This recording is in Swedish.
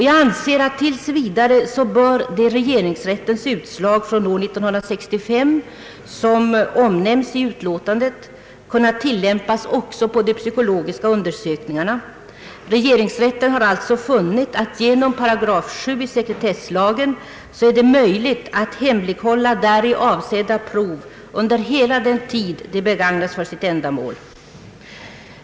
Jag anser att regeringsrättens utslag från år 1965, som omnämns i utlåtandet, tills vidare bör kunna tillämpas också på de psykologiska undersökningarna. Regeringsrätten har alltså funnit att det genom §7 i sekretesslagen är möjligt att hemlighålla däri avsedda prov under hela den tid de begagnas för sitt ändamål.